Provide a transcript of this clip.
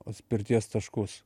atspirties taškus